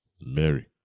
Mary